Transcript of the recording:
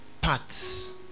paths